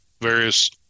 various